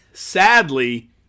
Sadly